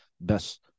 best